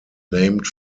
named